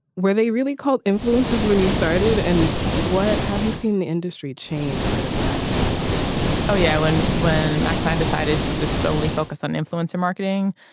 were they really called influencers when you started and what have you seen the industry change over the past five years oh yeah. when. when maxim decided to just solely focus on influencer marketing.